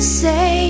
say